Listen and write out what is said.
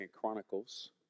Chronicles